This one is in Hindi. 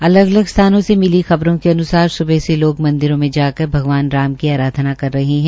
अलग अगल स्थानों से मिली खबरों के अन्सार सुबह से लोग मंदिरों में जाकर भगवान राम की अराधना कर रहे है